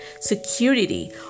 security